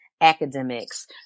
academics